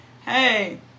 Hey